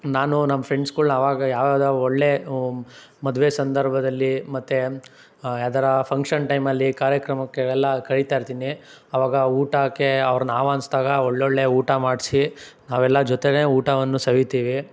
ನಾನು ನಮ್ಮ ಫ್ರೆಂಡ್ಸ್ಗಳ್ನ ಅವಾಗ ಯಾವುದೋ ಒಳ್ಳೆಯ ಮದುವೆ ಸಂದರ್ಭದಲ್ಲಿ ಮತ್ತು ಯಾವ್ದಾರೂ ಫಂಕ್ಷನ್ ಟೈಮಲ್ಲಿ ಕಾರ್ಯಕ್ರಮಕ್ಕೆ ಎಲ್ಲ ಕರೀತಾ ಇರ್ತೀನಿ ಆವಾಗ ಊಟಕ್ಕೆ ಅವರ್ನ ಆಹ್ವಾನಿಸ್ದಾಗ ಒಳ್ಳೆಯ ಒಳ್ಳೆಯ ಊಟ ಮಾಡಿಸಿ ನಾವೆಲ್ಲ ಜೊತೆನೇ ಊಟವನ್ನು ಸವೀತೀವಿ